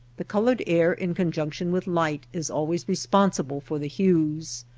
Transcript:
the colored air in conjunc tion with light is always responsible for the hues.